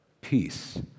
peace